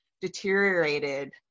deteriorated